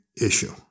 issue